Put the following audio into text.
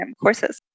courses